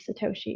Satoshi